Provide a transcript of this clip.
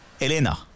Elena